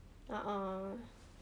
a'ah